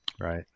right